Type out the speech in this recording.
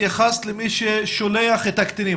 התייחסת למי ששולח את הקטינים.